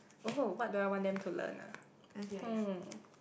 oh what do I want them to learn ah hmm